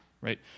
right